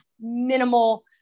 minimal